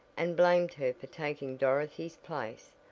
and blamed her for taking dorothy's place.